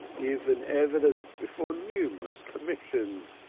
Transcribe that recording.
given evidence before innumerable commissions.